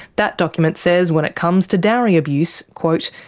that document says when it comes to dowry abuse, quote,